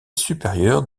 supérieure